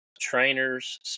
trainers